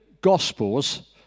Gospels